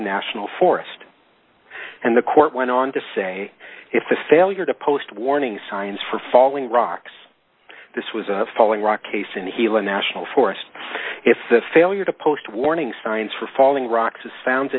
national forest and the court went on to say if the failure to post warning signs for falling rocks this was a falling rock case and he'll national forest if the failure to post warning signs for falling rocks is sound